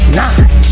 nine